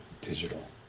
digital